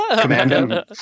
Commando